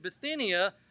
Bithynia